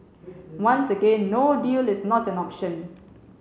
once again no deal is not an option